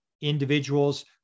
individuals